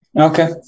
okay